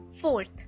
Fourth